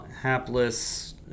hapless